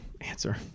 answer